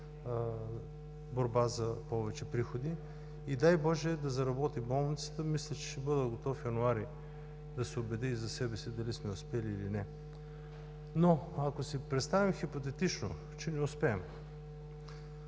борба за повече приходи и, дай Боже, болницата да заработи. Мисля, че ще бъда готов януари – да се убедя и за себе си дали сме успели, или не. Но, ако си представим хипотетично, че не успеем,